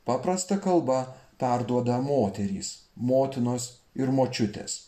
paprasta kalba perduoda moterys motinos ir močiutės